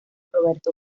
roberto